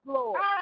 Lord